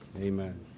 Amen